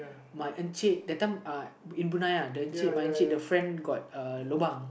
my encik that time uh in Bruniel ah the encik my encik the friend gotuhlobang